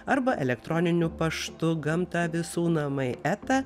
arba elektroniniu paštu gamta visų namai eta